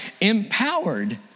empowered